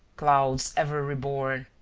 clouds ever reborn,